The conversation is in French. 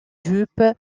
jupe